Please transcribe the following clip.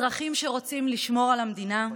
אזרחים שרוצים לשמור על המדינה,